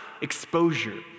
exposure